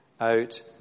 out